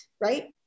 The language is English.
right